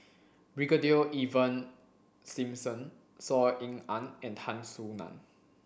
Brigadier Ivan Simson Saw Ean Ang and Tan Soo Nan